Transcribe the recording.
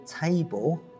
table